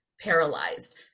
paralyzed